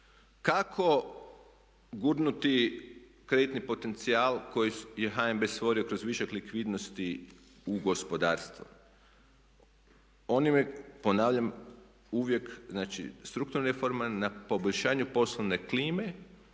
Kako gurnuti kreditni potencijal koji je HNB stvorio kroz višak likvidnosti u gospodarstvo? Oni me ponavljam uvijek, znači strukturna reforma na poboljšanju poslovne klime